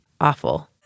awful